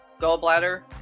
gallbladder